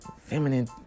feminine